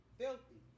filthy